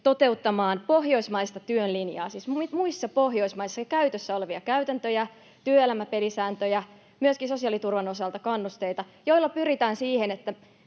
toteuttamaan pohjoismaista työn linjaa, siis muissa Pohjoismaissa jo käytössä olevia käytäntöjä, työelämän pelisääntöjä, myöskin sosiaaliturvan osalta kannusteita, joilla pyritään siihen, että